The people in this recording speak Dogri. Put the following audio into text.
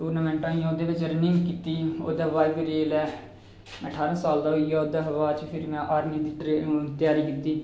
टूरनामेंटां ओह्दे बिच रन्निंग कीती ओह्दे बाद फिर जेलै अठारां साल दा होई गेआ ओह्दे बाद फिर में आर्मी दी ट्रेनिंग दी त्यारी कीती